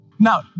Now